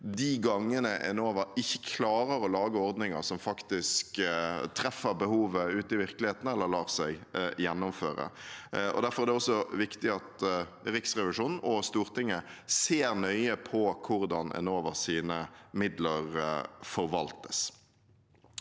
de gangene Enova ikke klarer å lage ordninger som faktisk treffer behovet ute i virkeligheten, eller lar seg gjennomføre. Derfor er det også viktig at Riksrevisjonen og Stortinget ser nøye på hvordan Enovas midler forvaltes.